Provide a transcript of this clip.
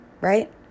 right